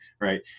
Right